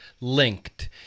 linked